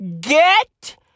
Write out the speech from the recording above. get